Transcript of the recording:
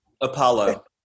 Apollo